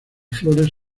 flores